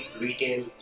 Retail